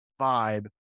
vibe